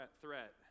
threat